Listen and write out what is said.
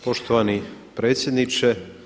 Poštovani predsjedniče.